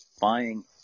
buying